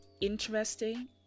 interesting